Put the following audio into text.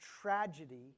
tragedy